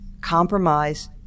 compromise